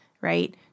right